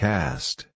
Cast